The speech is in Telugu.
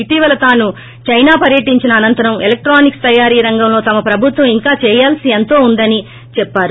ఇటివల తాను చైనా పర్యించిన అనంతరం ఎలేక్షోనిక్స్ తయారి రంగంలో తమ ప్రభుత్వం ఇంకా చేయాల్సింది ఎంతో వుందని చెప్పారు